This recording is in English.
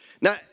now